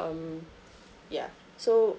um ya so